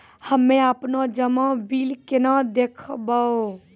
हम्मे आपनौ जमा बिल केना देखबैओ?